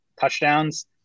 touchdowns